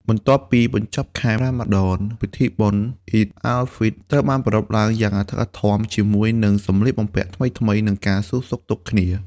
បន្ទាប់ពីបញ្ចប់ខែរ៉ាម៉ាឌន ពិធីបុណ្យ "អ៊ីដ អាល់ ហ្វ្រីត" ត្រូវបានប្រារព្ធឡើងយ៉ាងអធិកអធមជាមួយនឹងសម្លៀកបំពាក់ថ្មីៗ និងការសួរសុខទុក្ខគ្នា។